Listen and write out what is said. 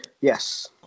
Yes